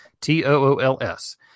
T-O-O-L-S